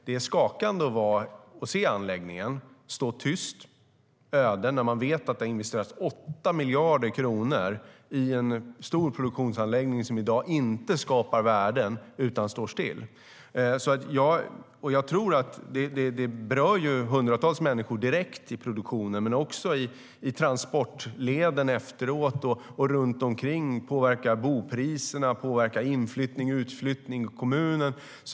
Det är skakande att se anläggningen stå tyst och öde när vi vet att det har investerats 8 miljarder kronor i en stor produktionsanläggning som i dag inte skapar värden utan står still. Detta berör hundratals människor direkt i produktionen men också i transportleden efteråt och människor runt omkring. Det påverkar bostadspriserna och inflyttning och utflyttning i kommunen.